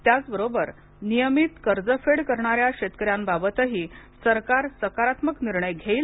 त्याचबरोबर नियमित कर्जफेड करणाऱ्या शेतकऱ्यांबाबतही सरकार सकारात्मक निर्णय घेईल